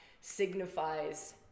signifies